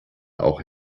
auch